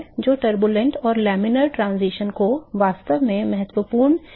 तो turbulent और laminar transition को वास्तव में महत्वपूर्ण रेले संख्या कहा जाता है